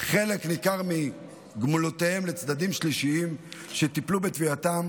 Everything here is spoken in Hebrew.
חלק ניכר מגמלותיהם לצדדים שלישיים שטיפלו בתביעתם